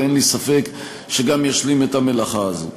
ואין לי ספק שגם ישלים את המלאכה הזאת.